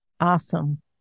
Awesome